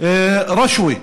"רשווי".